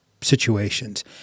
situations